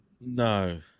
No